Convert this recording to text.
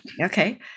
Okay